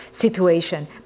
situation